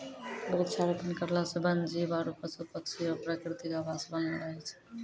वृक्षारोपण करला से वन जीब आरु पशु पक्षी रो प्रकृतिक आवास बनलो रहै छै